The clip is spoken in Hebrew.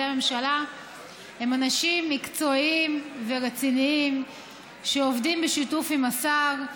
הממשלה הם אנשים מקצועיים ורציניים שעובדים בשיתוף עם השר.